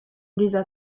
dieser